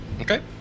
Okay